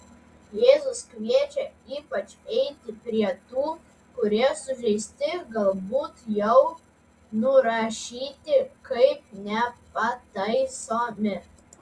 jėzus kviečia ypač eiti prie tų kurie sužeisti galbūt jau nurašyti kaip nepataisomi